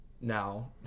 Now